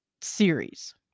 series